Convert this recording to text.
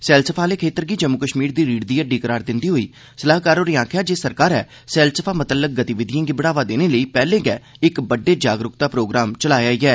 सैलसफा आह्ले खेत्तर गी जम्मू कश्मीर दी अर्थबवस्था दी रीढ़ दी हड्डी करार दिंदे होई सलाहकार होरें आखेआ जे सरकारै सैलसफा मतल्लक गतिविधिएं गी बढ़ावा देने लेई पैह्ले गै इक बड्डे जागरूकता प्रोग्राम चलाए दा ऐ